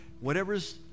whatever's